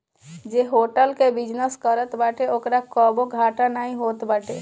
जे होटल कअ बिजनेस करत बाटे ओकरा कबो घाटा नाइ होत बाटे